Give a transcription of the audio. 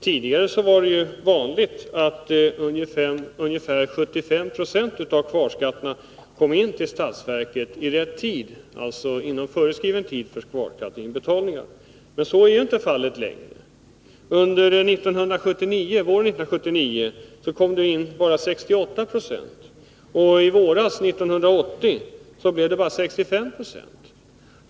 Tidigare var det vanligt att ungefär 75 96 av kvarskatterna kom in till statsverket inom föreskriven tid. Men så är inte fallet längre. Våren 1979 kom det in bara 68 90, och våren 1980 blev det bara 65 26.